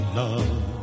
love